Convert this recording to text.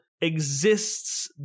exists